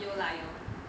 有 lah 有